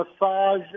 Massage